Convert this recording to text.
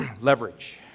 leverage